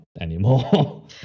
anymore